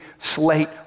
slate